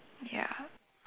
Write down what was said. ya